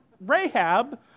Rahab